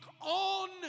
on